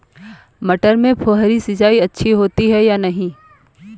मटर में फुहरी सिंचाई अच्छी होती है या नहीं?